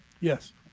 yes